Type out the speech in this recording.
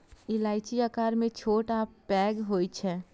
इलायची आकार मे छोट आ पैघ होइ छै